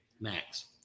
Max